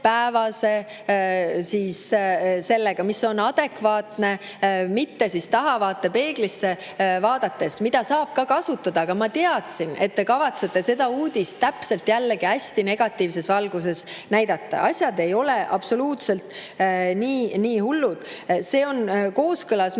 [viiteajaga], mis on adekvaatne, mitte tahavaatepeeglist [nähtav pilt], mida saab ka kasutada. Aga ma teadsin, et te kavatsete seda uudist jällegi hästi negatiivses valguses näidata. Asjad ei ole absoluutselt nii hullud. See on kooskõlas mitmete